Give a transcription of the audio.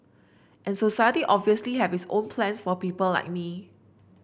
and society obviously have its own plans for people like me